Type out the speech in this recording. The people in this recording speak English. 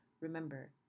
remember